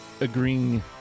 agreeing